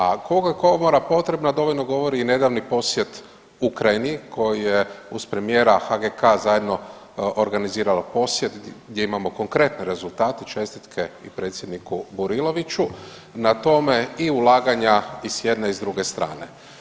A koliko je komora potrebna dovoljno govori i nedavni posjet Ukrajini koji je uz premijera HGK zajedno organizirala posjet gdje imamo konkretne rezultate, čestitke i predsjedniku Buriloviću na tome i ulaganja i s jedne i s druge strane.